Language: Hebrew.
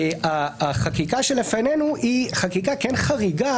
החקיקה שלפנינו היא חקיקה חריגה,